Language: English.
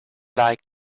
like